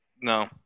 No